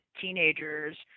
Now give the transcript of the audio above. teenagers